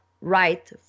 right